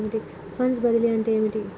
Funds బదిలీ అంటే ఏమిటి?